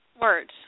words